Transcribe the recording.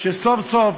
שסוף-סוף